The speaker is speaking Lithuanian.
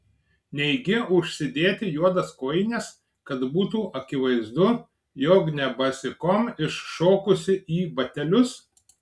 neigi užsidėti juodas kojines kad būtų akivaizdu jog ne basikom iššokusi į batelius